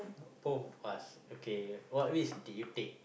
both of us okay what risk did you take